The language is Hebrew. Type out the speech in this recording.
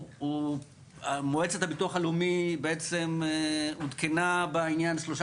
מועצת הביטוח הלאומי בעצם עודכנה בעניין שלושה